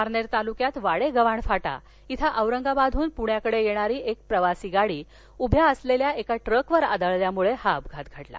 पारनेर तालुक्यातवाडेगव्हाण फाटा इथं औरगाबादहन पुण्याकडे येणारी एक प्रवासी गाडी उभ्या असलेल्या एका ट्रकवर आदळल्यानं हा अपघात घडला